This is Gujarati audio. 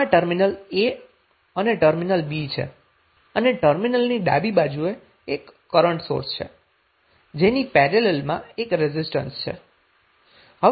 આ ટર્મિનલ a અને ટર્મિનલ b છે અને ટર્મિનલની ડાબી બાજુએ એક કરન્ટ સોર્સ છે જેની પેરેલલમાં એક રેઝિસ્ટન્સ છે